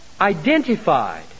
identified